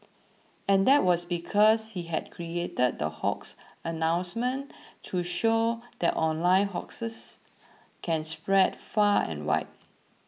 and that was because he had created the hoax announcement to show that online hoaxes can spread far and wide